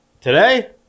today